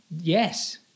Yes